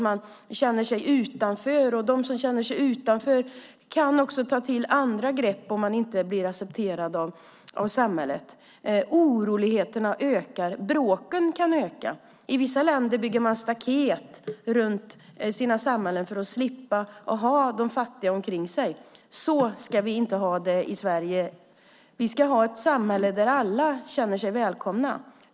Man känner sig utanför, och de som känner sig utanför kan också ta till andra grepp om de inte blir accepterade av samhället. Oroligheterna ökar. Bråken kan öka. I vissa länder bygger man staket runt sina samhällen för att slippa ha de fattiga omkring sig. Så ska vi inte ha det i Sverige. Vi ska ha ett samhälle där alla känner sig välkomna.